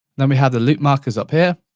then we have the loop markers up here,